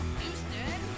Houston